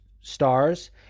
stars